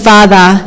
Father